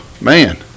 man